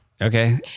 Okay